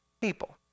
people